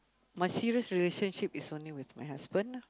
my serious relationship is only with my husband ah